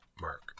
Mark